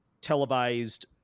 televised